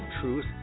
Truth